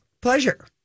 pleasure